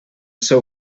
seu